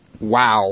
Wow